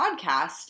podcast